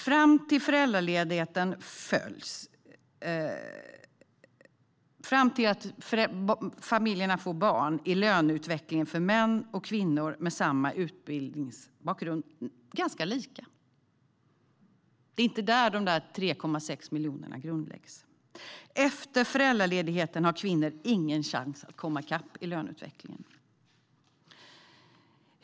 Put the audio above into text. Fram till att familjerna får barn är löneutvecklingen för män och kvinnor med samma utbildningsbakgrund ganska lika. Det är inte där de 3,6 miljonerna grundläggs. Efter föräldraledigheten har kvinnor ingen chans att komma i kapp i löneutvecklingen.